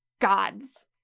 gods